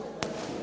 Hvala.